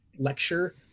lecture